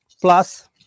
plus